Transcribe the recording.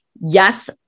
Yes